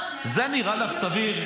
זה נראה לך סביר?